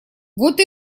вот